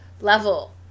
level